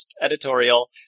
editorial